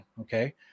Okay